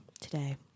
today